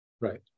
Right